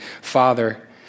Father